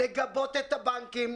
לגבות את הבנקים,